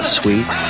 sweet